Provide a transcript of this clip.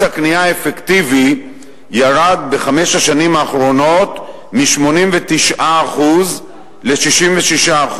מס הקנייה האפקטיבי ירד בחמש השנים האחרונות מ-89% ל-66%.